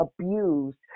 abused